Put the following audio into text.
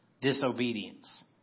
disobedience